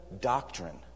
doctrine